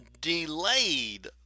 delayed